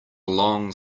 long